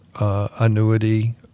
annuity